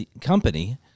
company